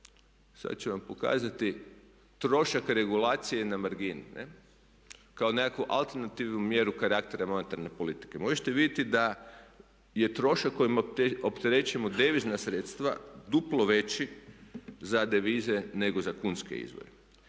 Sada ću vam pokazati trošak regulacije na margini kao nekakvu alternativnu mjeru karaktera monetarne politike. Možete vidjeti da je trošak kojim opterećujemo devizna sredstva duplo veći za devize nego za kunske izvore.